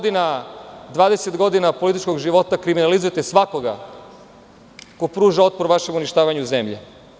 Dvadeset godina političkog života kriminalizujete svakoga ko pruža otpor vašem uništavanju zemlje.